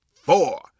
four